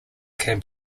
can